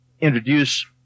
introduce